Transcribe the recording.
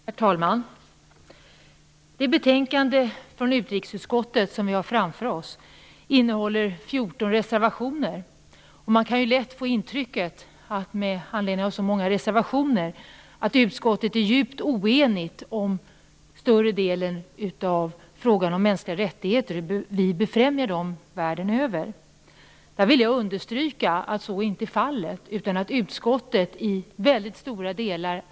Herr talman! Det betänkande från utrikesutskottet som vi har framför oss innehåller 14 reservationer. Med anledning av att det är så många reservationer kan man lätt få det intrycket att utskottet är djupt oenigt i större delen av frågan om de mänskliga rättigheterna och hur vi befrämjar dem världen över. Jag vill understryka att så inte är fallet. Utskottet är överens i väldigt stora delar.